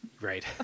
right